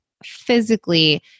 physically